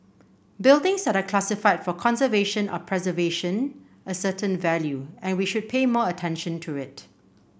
buildings that are classified for conservation or preservation a certain value and we should pay more attention to it